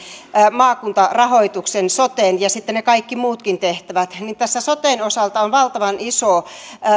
maakuntarahoituksen soten ja sitten ne kaikki muutkin tehtävät niin tässä soten osalta on valtavan iso